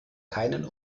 keinen